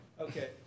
Okay